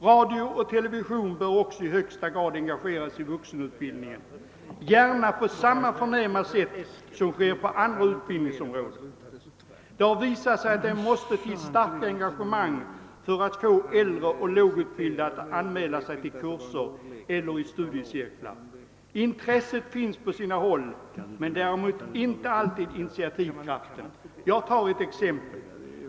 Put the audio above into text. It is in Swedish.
Radiooch television bör också i högsta grad engageras i vuxenutbildningen, gärna på samma förnämliga sätt som på andra utbildningsområden. Det har visat sig att det måste till starkt engagemang för att få äldre och lågutbildade att anmäla sig till kurser eller studiecirklar. Intresset finns på sina håll men däremot inte alltid initiativkraften. Låt mig ta ett exempel.